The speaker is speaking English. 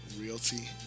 Realty